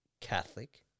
Catholic